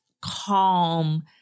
calm